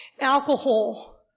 alcohol